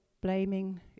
blaming